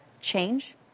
change